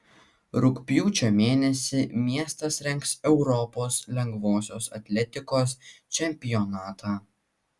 rugpjūčio mėnesį miestas rengs europos lengvosios atletikos čempionatą